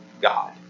God